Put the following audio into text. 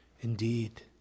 Indeed